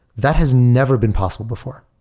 that has never been possible before.